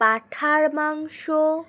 পাঁঠার মাংস